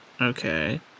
Okay